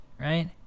right